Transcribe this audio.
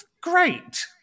great